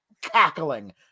cackling